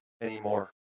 anymore